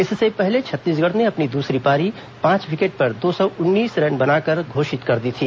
इससे पहले छत्तीसगढ़ ने अपनी दूसरी पारी पांच विकेट पर दो सौ उन्नीस रन बनाकर घोषित कर दी थी